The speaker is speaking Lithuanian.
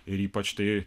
ir ypač tai